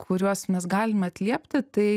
kuriuos mes galim atliepti tai